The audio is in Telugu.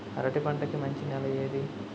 అరటి పంట కి మంచి నెల ఏది?